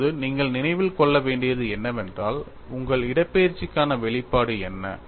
இப்போது நீங்கள் நினைவில் கொள்ள வேண்டியது என்னவென்றால் உங்கள் இடப்பெயர்ச்சிக்கான வெளிப்பாடு என்ன